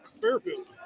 Fairfield